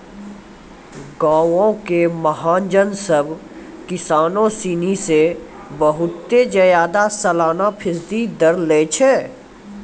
गांवो के महाजन सभ किसानो सिनी से बहुते ज्यादा सलाना फीसदी दर लै छै